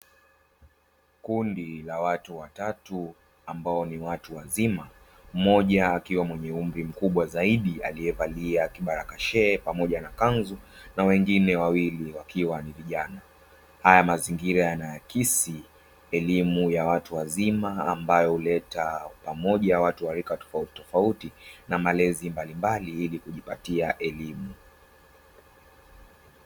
Kundi la watu watatu ambao ni watu wazima, mmoja akiwa mwenye umri mkubwa zaidi aliyevalia kibarakashe pamoja na kanzu, na wengine wawili wakiwa ni vijana. Haya mazingira yanaakisi elimu ya watu wazima ambayo huleta pamoja watu wa rika tofauti tofauti na malezi mbalimbali ili kujipatia elimu.